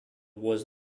was